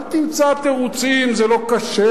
אל תמצא תירוצים: זה לא כשר,